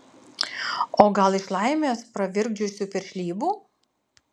o gal iš laimės pravirkdžiusių piršlybų